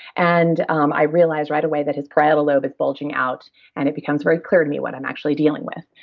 and um i realized right away that his parietal lobe is bulging out and it becomes very clear to me what i'm actually dealing with.